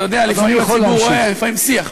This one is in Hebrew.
אתה יודע, לפעמים הציבור רואה, שיח.